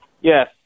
Yes